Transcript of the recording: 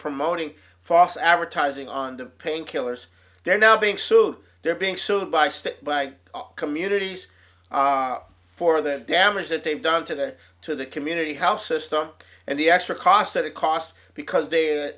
promoting foss advertising on the painkillers they're now being sued they're being sued by state by communities for the damage that they've done to the to the community how system and the extra cost that it cost because they